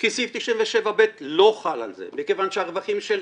כי סעיף 98ב' לא חל על זה מכיוון שהרווחים של